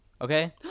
okay